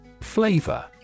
Flavor